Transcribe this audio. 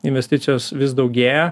investicijos vis daugėja